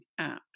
apps